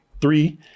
three